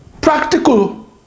practical